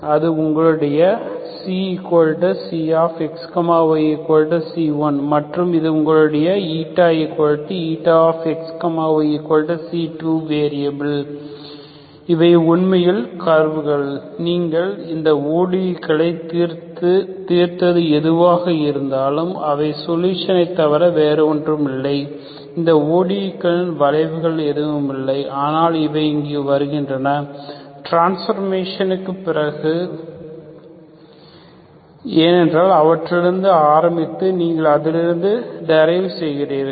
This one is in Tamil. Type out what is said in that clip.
அது உங்களுடைய ξxyc1 மற்றும் இது உங்களுடைய ηηxyc2 வேரியபில் இவை உண்மையில் கர்வுகள் நீங்கள் இந்த ODE களைத் தீர்த்தது எதுவாக இருந்தாலும் அவை சோலுசனைத் தவிர வேறொன்றுமில்லை அந்த ODE களின் வளைவுகள் எதுவும் இல்லை ஆனால் இவை இங்கு வருகின்றன டிரான்ஸ்பார்மேசனுக்கு பிறகு ஏனென்றால் அவற்றிலிருந்து ஆரம்பித்து நீங்கள் அதிலிருந்து டேரைவ் செய்கிறீர்கள்